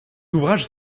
ouvrages